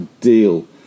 deal